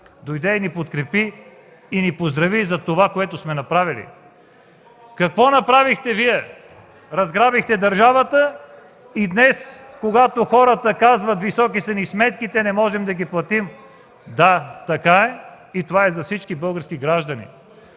дойде и ни подкрепи, и ни поздрави за това, което сме направили! (Реплика от КБ.) Какво направихте Вие? Разграбихте държавата и днес хората казват: „Високи са ни сметките, не можем да ги платим”! Да, така е, това е за всички български граждани.